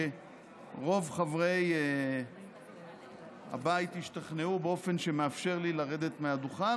שרוב חברי הבית השתכנעו באופן שמאפשר לי לרדת מהדוכן,